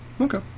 okay